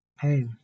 Hey